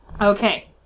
Okay